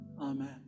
Amen